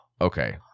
Okay